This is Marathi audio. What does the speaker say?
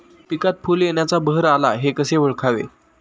पिकात फूल येण्याचा बहर आला हे कसे ओळखावे?